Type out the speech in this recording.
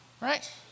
right